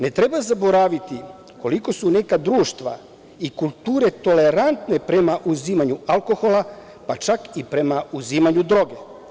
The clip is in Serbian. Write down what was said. Ne treba zaboraviti koliko su neka društva i kulture tolerantne prema uzimanju alkohola, pa čak i prema uzimanju droge.